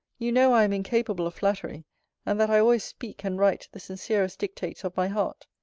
you know i am incapable of flattery and that i always speak and write the sincerest dictates of my heart.